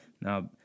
Now